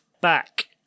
back